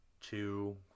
two